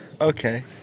okay